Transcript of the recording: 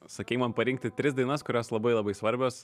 sakei man parinkti tris dainas kurios labai labai svarbios